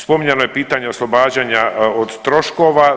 Spominjano je pitanje oslobađanja od troškova.